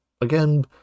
again